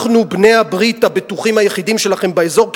אנחנו בעלי-הברית הבטוחים היחידים שלכם באזור,